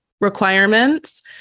requirements